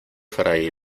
fray